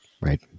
Right